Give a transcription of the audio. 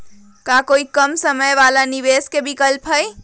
का कोई कम समय वाला निवेस के विकल्प हई?